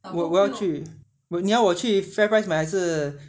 我我要你要我去 FairPrice 买还是